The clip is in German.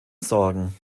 sorgen